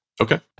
Okay